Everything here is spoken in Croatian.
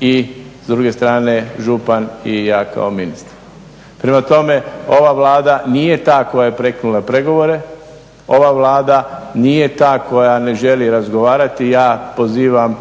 i s druge strane župan i ja kao ministar. Prema tome, ova Vlada nije ta koja je prekinula pregovore, ova Vlada nije ta koja ne želi razgovarati. I ja pozivam